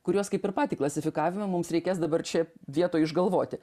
kuriuos kaip ir patį klasifikavimą mums reikės dabar čia vietoj išgalvoti